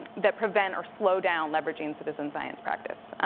that prevent or slowdown leveraging citizen science practice.